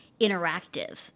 interactive